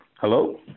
Hello